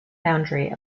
boundary